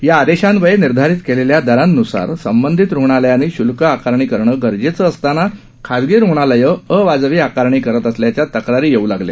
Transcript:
या आदेशान्वये निर्धारित केलेल्या दरान्सार संबंधित रुग्णालयांनी श्ल्क आकारणी करणे गरजेचे असताना खासगी रुग्णालये अवाजवी आकारणी करीत असल्याच्या तक्रारी येऊ लागल्या